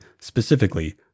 specifically